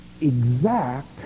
exact